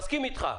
אני מסכים איתך.